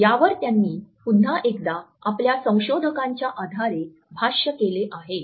यावर त्यांनी पुन्हा एकदा आपल्या संशोधकांच्या आधारे भाष्य केले आहे